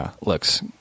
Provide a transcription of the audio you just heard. looks